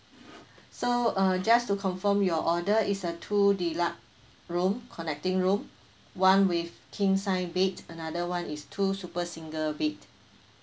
so uh just to confirm your order is a two deluxe room connecting room one with king size bed another one is two super single bed